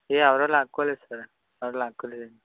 ఎవరూ లాక్కోలేదు సార్ ఎవరూ లాక్కోలేదు అండి